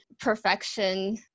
perfection